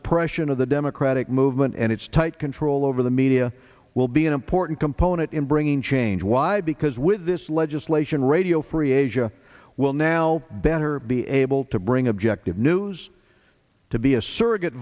suppression of the democratic movement and its tight control over the media will be an important component in bringing change why because with this legislation radio free asia will now better be able to bring objective news to be a surrogate